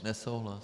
Nesouhlas.